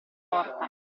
porta